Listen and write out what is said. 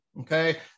okay